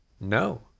No